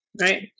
Right